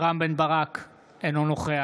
רם בן ברק, אינו נוכח